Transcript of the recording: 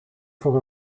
voor